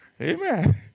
Amen